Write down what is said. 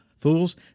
fools